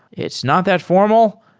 it's not that formal.